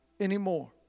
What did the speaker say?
anymore